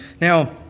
Now